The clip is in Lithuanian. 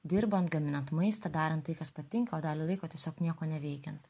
dirbant gaminant maistą darant tai kas patinka o dalį laiko tiesiog nieko neveikiant